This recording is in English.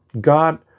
God